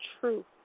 truth